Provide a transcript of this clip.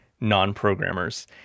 non-programmers